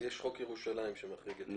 כי יש חוק ירושלים שמחריג את ירושלים.